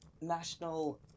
national